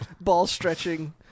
ball-stretching